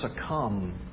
succumb